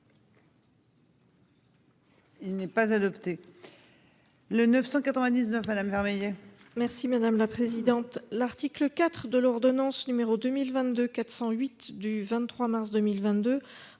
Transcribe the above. Il n'est pas adopté. Le 999, madame Vermeillet.